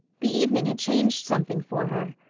the evening had changed something for her.